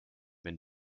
wenn